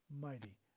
mighty